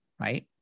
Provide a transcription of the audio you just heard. right